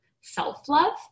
self-love